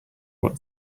what